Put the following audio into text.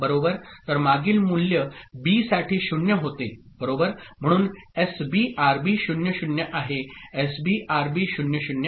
तर मागील मूल्य बी साठी 0 होते बरोबर म्हणून एसबी आरबी 0 0 आहे एसबी आरबी 0 0 आहे